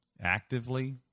actively